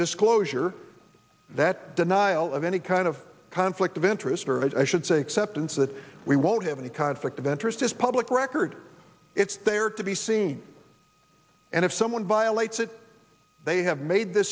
disclosure that denial of any kind of conflict of interest or i should say acceptance that we won't have any conflict of interest is public record it's there to be seen and if someone violates it they have made th